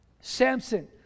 Samson